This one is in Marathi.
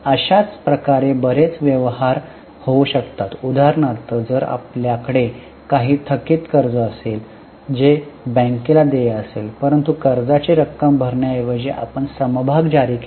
अशाच प्रकारे बरेच व्यवहार होऊ शकतात उदाहरणार्थ जर आपल्याकडे काही थकीत कर्ज असेल जे बँकेला देय असेल परंतु कर्जाची रक्कम भरण्याऐवजी आपण समभाग जारी केले